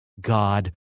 God